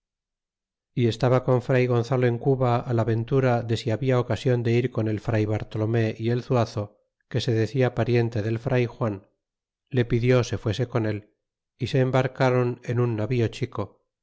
e estaba con fray gonzalo en cuba la ventura de si labia ocasion de ir con el fray bartolome y el zuazo que se decia pariente del fray juan le pidió se fuese con él y se embarcron en un navío chico